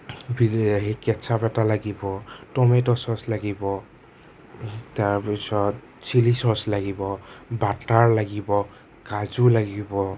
বিলাহী কেটছআপ এটা লাগিব ট'মেট' চ'ছ লাগিব তাৰপিছত চিলি চ'ছ লাগিব বাটাৰ লাগিব কাজু লাগিব